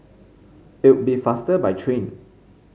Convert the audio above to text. it'll be faster by train